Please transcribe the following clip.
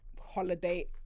holiday